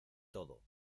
todo